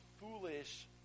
foolish